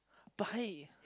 buy